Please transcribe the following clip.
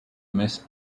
miss